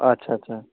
আচ্ছা আচ্ছা